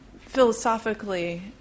philosophically